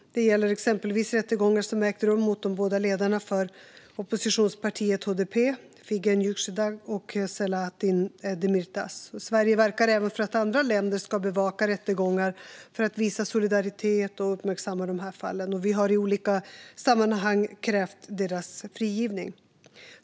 Det gäller exempelvis rättegångar som ägt rum mot de båda ledarna för oppositionspartiet HDP, Figen Yüksekdag och Selahattin Demirtas. Sverige verkar även för att andra länder ska bevaka rättegångar för att visa solidaritet och uppmärksamma de här fallen. Vi har i olika sammanhang krävt deras frigivning.